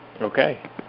Okay